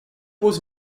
was